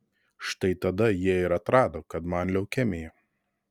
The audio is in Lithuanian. štai tada jie ir atrado kad man leukemija